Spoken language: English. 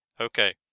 Okay